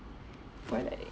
while